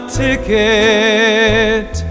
ticket